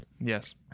Yes